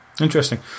interesting